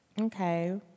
Okay